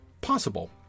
possible